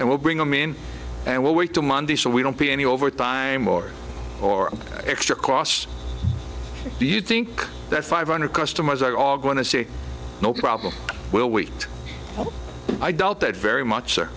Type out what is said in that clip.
and we'll bring them in and we'll wait till monday so we don't pay any overtime or or extra costs do you think that five hundred customers are all going to say no problem we'll wait i doubt that very much s